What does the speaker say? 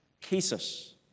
cases